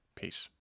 Peace